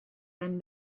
and